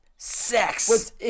Sex